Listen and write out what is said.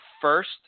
first